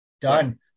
done